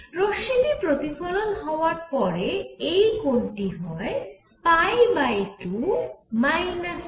রশ্মিটি প্রতিফলন হওয়ার পরে এই কোণটি হয় 2 θ